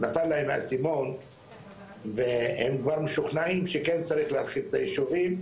נפל להם האסימון והם כבר משוכנעים שכן צריך להרחיב את היישובים,